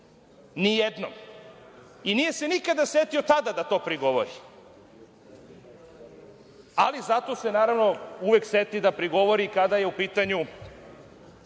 izveštaj. Nije se nikada setio tada da to prigovori, ali zato se, naravno, uvek seti da prigovori kada je u pitanju